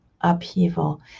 upheaval